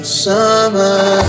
summer